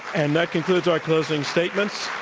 and that concludes our closing statements.